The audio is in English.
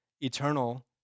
eternal